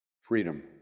Freedom